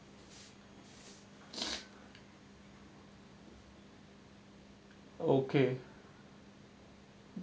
okay